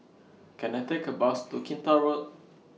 Can I Take A Bus to Kinta Road